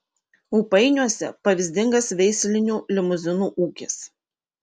ūpainiuose pavyzdingas veislinių limuzinų ūkis